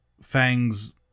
Fangs